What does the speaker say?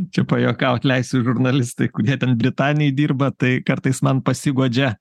čia pajuokaut leisiu žurnalistai kurie ten britanijoj dirba tai kartais man pasiguodžia